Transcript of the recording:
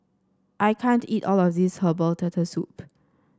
I can't eat all of this Herbal Turtle Soup